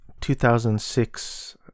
2006